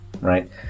right